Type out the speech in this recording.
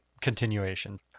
continuation